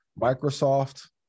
Microsoft